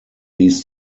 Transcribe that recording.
east